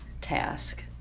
task